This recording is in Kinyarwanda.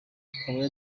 akaba